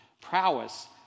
prowess